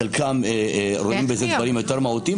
-- חלקם רואים בזה דברים יותר מהותיים,